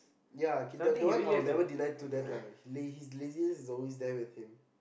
ya K that that one I will never deny to that lah his his laziness is always there with him